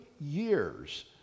years